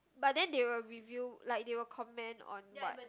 but then they will review like they will comment on what